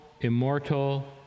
immortal